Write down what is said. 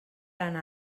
anar